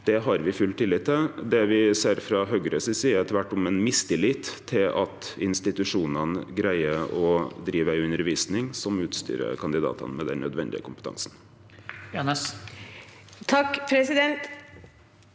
Det har me full tillit til. Det me ser frå Høgre si side, er tvert om ein mistillit til at institusjonane greier å drive ei undervisning som utstyrer kandidatane med den nødvendige kompetansen. Kari-Anne